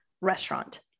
restaurant